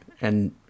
and-